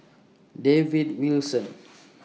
David Wilson